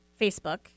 Facebook